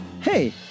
Hey